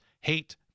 hate